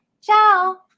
Ciao